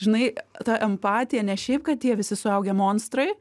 žinai ta empatija ne šiaip kad jie visi suaugę monstrai